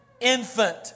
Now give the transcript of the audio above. infant